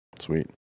sweet